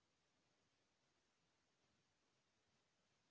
काली माटी के कहां कहा उपयोग होथे?